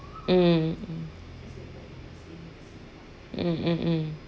mm mm mm mm